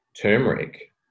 turmeric